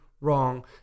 wrong